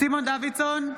סימון דוידסון,